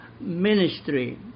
ministry